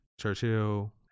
Churchill-